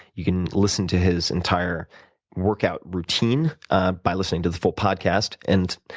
you can listen to his entire workout routine by listening to the full podcast. and,